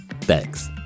Thanks